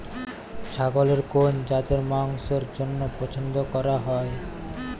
ছাগলের কোন জাতের মাংসের জন্য পছন্দ করা হয়?